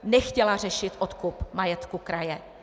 Nechtěla řešit odkup majetku kraje.